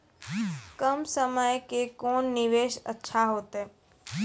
कम समय के कोंन निवेश अच्छा होइतै?